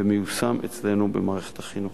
ומיושם אצלנו במערכת החינוך.